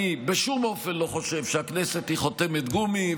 אני בשום אופן לא חושב שהכנסת היא חותמת גומי,